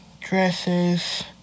dresses